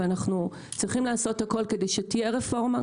ואנחנו צריכים לעשות הכול כדי שתהיה רפורמה.